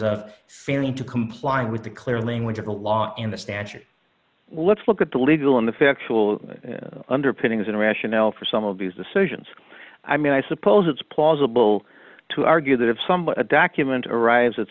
of fearing to complying with the clear language of the law in the statute let's look at the legal and the factual underpinnings and rationale for some of these decisions i mean i suppose it's plausible to argue that if some but a document arrives at